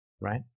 right